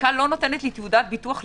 הבדיקה לא נותנת לי תעודת ביטוח לכלום.